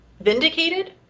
vindicated